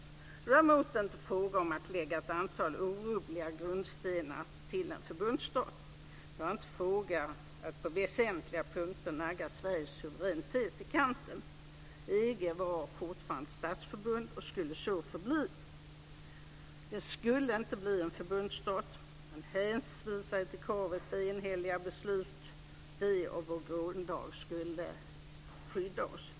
Det var däremot inte fråga om att lägga ett antal orubbliga grundstenar till en förbundsstat. Det var inte fråga om att på väsentliga punkter nagga Sveriges suveränitet i kanten. EG var fortfarande ett statsförbund och skulle så förbli. Det skulle inte bli en förbundsstat. Man hänvisade till kravet på enhälliga beslut. Det och vår grundlag skulle skydda oss.